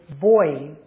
boy